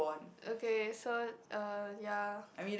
okay so uh ya